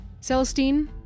Celestine